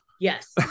Yes